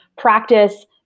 Practice